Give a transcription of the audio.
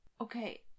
Okay